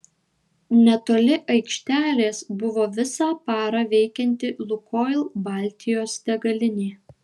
netoli aikštelės buvo visą parą veikianti lukoil baltijos degalinė